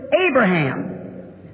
Abraham